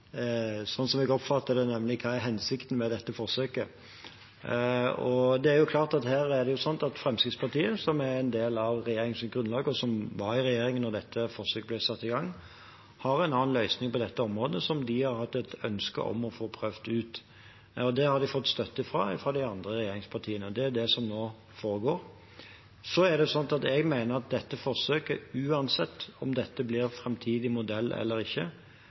jeg oppfatter det, nemlig hva som er hensikten med dette forsøket. Det er slik at Fremskrittspartiet, som var en del av regjeringsgrunnlaget da dette forsøket ble satt i gang, har en annen løsning på dette området som de har hatt et ønske om å få prøvd ut. Det har de fått støtte til fra de andre regjeringspartiene. Det er det som nå pågår. Jeg mener at dette forsøket, uansett om dette blir en framtidig modell eller ikke,